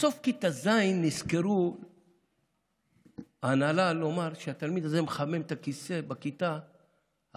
בסוף כיתה ז' ההנהלה נזכרה לומר שהתלמיד הזה מחמם את הכיסא בכיתה החלשה,